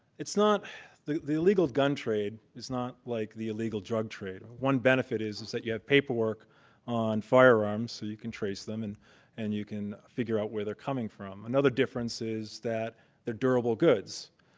it's not the the illegal gun trade is not like the illegal drug trade. one benefit is is that you have paperwork on firearms, so you can trace them, and and you can figure out where they're coming from. another difference is that they're durable goods.